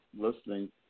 listening